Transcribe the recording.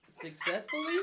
successfully